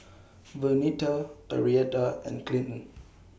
Vernita Arietta and Clinton